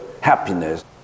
happiness